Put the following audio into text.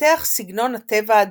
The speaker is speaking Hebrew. התפתח סגנון הטבע הדומם,